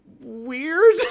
weird